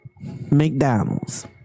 McDonald's